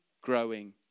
growing